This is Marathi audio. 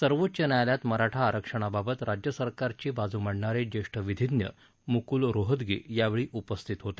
सर्वोच्च न्यायालयात मराठा आरक्षणाबाबत राज्यसरकारची बाजू मांडणारे ज्येष्ठ विधिज्ञ मुकूल रोहतगी यावेळी उपस्थित होते